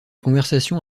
conversations